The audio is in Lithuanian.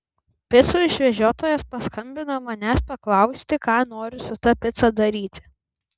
picų išvežiotojas paskambino manęs paklausti ką noriu su ta pica daryti